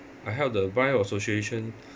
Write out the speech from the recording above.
I help the blind association